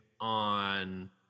on